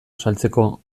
azaltzeko